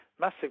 massive